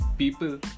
people